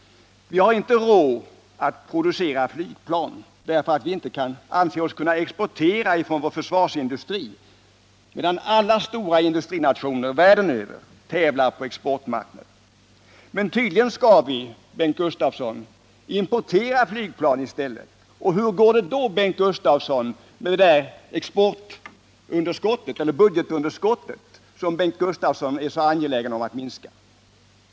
Vi har inte — därför att vi inte anser oss kunna exportera av vår försvarsindustris produkter — råd att producera flygplan, medan alla stora industrinationer världen över tävlar på exportmarknaden. Vi skall tydligen importera flygplan i stället. Hur går det då, Bengt Gustavsson, med budgetunderskottet, som Bengt Gustavsson är så angelägen om att minska?